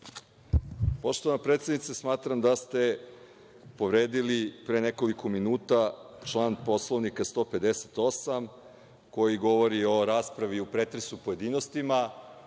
Poštovana predsednice, smatram da ste povredili pre nekoliko minuta član Poslovnika 158. koji govori o raspravi u pretresu u pojedinostima.